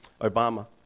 Obama